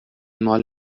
مال